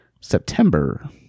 September